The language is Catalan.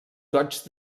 goigs